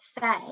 say